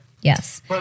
Yes